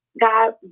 God